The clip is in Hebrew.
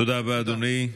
תודה רבה, אדוני.